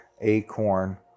Acorn